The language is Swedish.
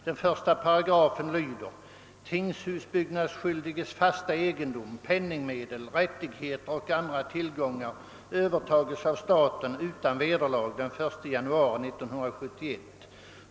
Den första av dessa lyder: »Tingshusbyggnadsskyldiges fasta egendom, penningsmedel, rättigheter och andra tillgångar övertages av staten utan vederlag den 1 januari 1971.